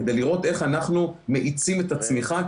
כדי לראות איך אנחנו מאיצים את הצמיחה,